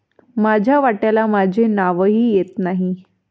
माझ्या वाट्याला माझे नावही येत नाही